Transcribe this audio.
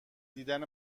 دیدن